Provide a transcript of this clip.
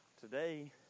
Today